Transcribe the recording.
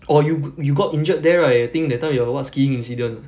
oh you you got injured there right I think that time your what skiing incident